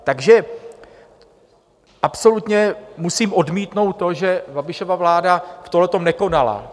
Takže absolutně musím odmítnout to, že Babišova vláda v tomto nekonala.